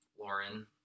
Lauren